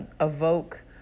evoke